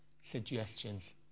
suggestions